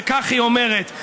וכך היא אומרת,